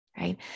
right